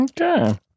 okay